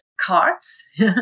cards